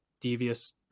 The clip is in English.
devious